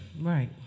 Right